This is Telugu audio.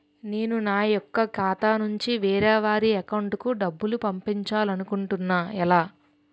నేను నా యెక్క ఖాతా నుంచి వేరే వారి అకౌంట్ కు డబ్బులు పంపించాలనుకుంటున్నా ఎలా?